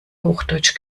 hochdeutsch